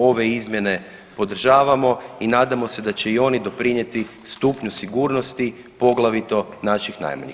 Ove izmjene podržavamo i nadamo se da će i oni doprinijeti stupnju sigurnosti poglavito naših najmanjih.